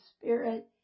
Spirit